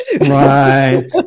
Right